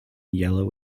yellow